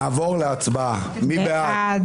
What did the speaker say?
נצביע על הסתייגות 236. מי בעד?